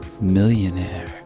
millionaire